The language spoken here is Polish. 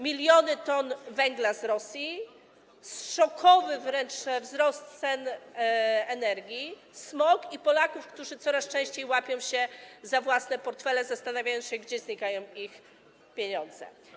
Miliony ton węgla z Rosji, szokowy wręcz wzrost cen energii, smog i Polaków, którzy coraz częściej łapią się za własne portfele, zastanawiając się, gdzie znikają ich pieniądze.